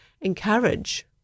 encourage